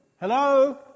Hello